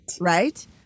Right